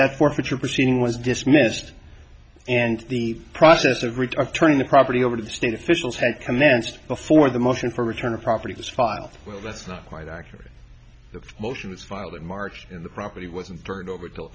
forfeiture proceeding was dismissed and the process of turning the property over to the state officials had commenced before the motion for return of property was filed well that's not quite accurate the motion was filed in march and the property wasn't burned over til